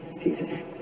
Jesus